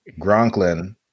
Gronklin